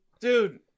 dude